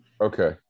Okay